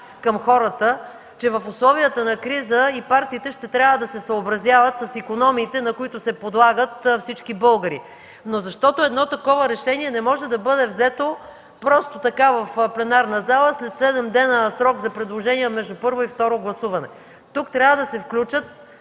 към хората, че в условията на криза и партиите ще трябва да се съобразяват с икономиите, на които се подлагат всички българи; защото едно такова решение не може да бъде взето просто така в пленарната зала, след седем дни срок за предложения между първо и второ гласуване. Тук трябва да се включат